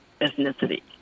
ethnicity